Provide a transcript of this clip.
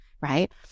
Right